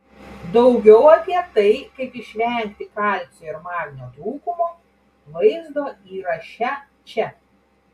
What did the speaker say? daugiau apie tai kaip išvengti kalcio ir magnio trūkumo vaizdo įraše čia